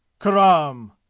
Karam